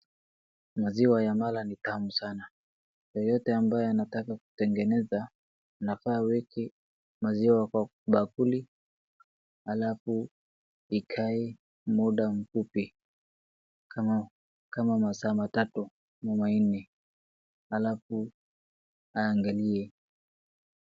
Maziwa ya mala ni tamu sana. Yoyote ambaye anataka kutengeneza anafaa aweke maziwa kwa bakuli alafu ikae muda mfupi kama masaa matatu ama manne alafu aangalie.